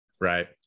Right